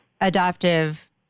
adoptive